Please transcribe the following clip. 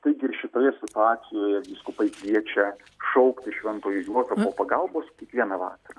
taigi ir šitoje situacijoje vyskupai kviečia šauktis šventojo juozapo pagalbos kiekvieną vakarą